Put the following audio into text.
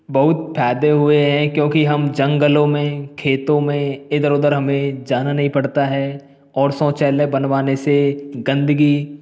बहुत फायदे हुए हैं क्योंकि हम जंगलो में खेतों में इधर उधर हमें जाना नही पड़ता है और शौचालय बनवाने से गंदगी